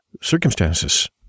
circumstances